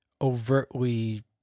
overtly